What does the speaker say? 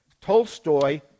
Tolstoy